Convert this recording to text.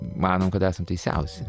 manom kad esam teisiausi